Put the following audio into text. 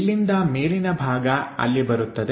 ಇಲ್ಲಿಂದ ಮೇಲಿನ ಭಾಗ ಅಲ್ಲಿ ಬರುತ್ತದೆ